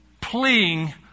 pleading